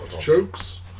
Chokes